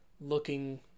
looking